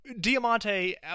diamante